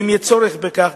ואם יהיה צורך בכך,